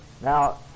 now